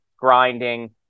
grinding